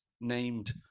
named